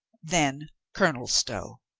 then colonel stow.